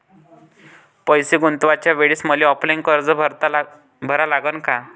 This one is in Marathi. पैसे गुंतवाच्या वेळेसं मले ऑफलाईन अर्ज भरा लागन का?